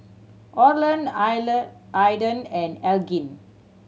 Orland Aidan and Elgin